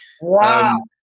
Wow